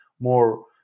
more